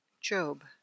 Job